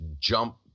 jump